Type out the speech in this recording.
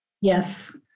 Yes